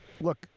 Look